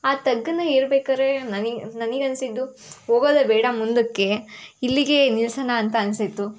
ಆ ತಗ್ಗನ್ನು ಏರ್ಬೇಕಾದ್ರೆ ನನಗೆ ನನಗೆ ಅನ್ನಿಸಿದ್ದು ಹೋಗೋದೆ ಬೇಡ ಮುಂದಕ್ಕೆ ಇಲ್ಲಿಗೆ ನಿಲ್ಸಣ ಅಂತ ಅನ್ನಿಸಿತ್ತು